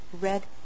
red